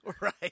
Right